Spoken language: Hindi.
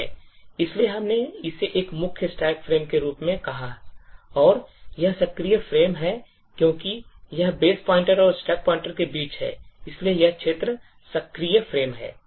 इसलिए हमने इसे एक मुख्य stack फ्रेम के रूप में कहा और यह सक्रिय फ्रेम है क्योंकि यह बेस पॉइंटर और stack पॉइंटर के बीच है इसलिए यह क्षेत्र सक्रिय फ्रेम है